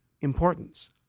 importance